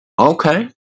okay